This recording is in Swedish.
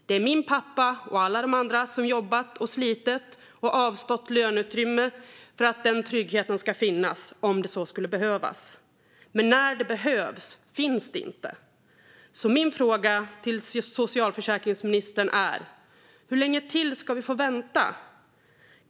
Det är min pappa och alla de andra som har jobbat och slitit och avstått löneutrymme för att en trygghet ska finnas om så skulle behövas. Men när den behövs finns den inte. Mina frågor till socialförsäkringsministern är: Hur länge till ska vi få vänta?